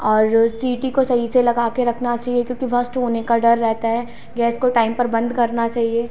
और सीटी को सही से लगा कर रखना चाहिए क्योंकि भष्ट होने का डर रहता है गैस को टाइम पर बंद करना चाहिए